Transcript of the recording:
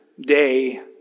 day